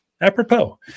apropos